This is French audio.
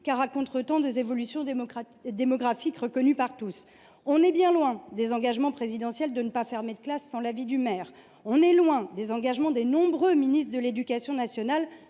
car à contretemps d’évolutions démographiques reconnues par tous. On est bien loin des engagements présidentiels de ne pas fermer de classe sans l’avis du maire. On est loin également des engagements des nombreux ministres de l’éducation nationale